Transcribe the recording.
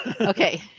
Okay